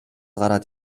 гараад